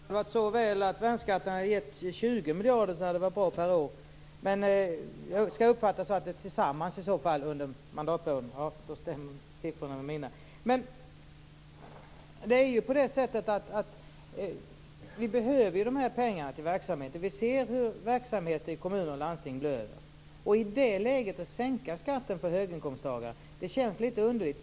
Fru talman! Om det hade varit så väl att värnskatten hade givit 20 miljarder per år hade det varit bra. Det kanske skulle uppfattas som sammanlagt under mandatperioden. I så fall stämmer siffrorna med mina. Men vi behöver ju de här pengarna till verksamheterna. Vi ser hur verksamheter i kommuner och landsting blöder. Att i det läget sänka skatten för höginkomsttagare känns litet underligt.